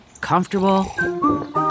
Comfortable